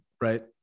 Right